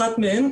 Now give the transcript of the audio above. אחת מהם,